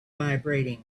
vibrating